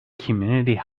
community